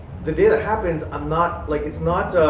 the day that happens, i'm not, like, it's not,